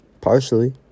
partially